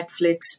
Netflix